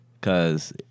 Cause